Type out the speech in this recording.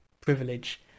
privilege